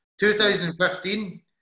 2015